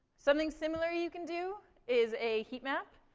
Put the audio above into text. something similar you can do is a heatmap,